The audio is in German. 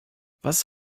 was